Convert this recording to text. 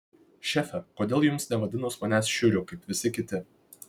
šefe kodėl jums nevadinus manęs šiuriu kaip visi kiti